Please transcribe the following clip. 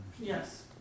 yes